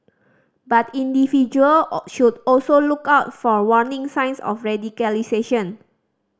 but individual all should also look out for warning signs of radicalisation